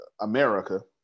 America